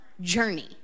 journey